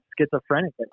schizophrenic